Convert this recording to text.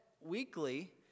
weekly